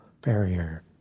barrier